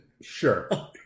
Sure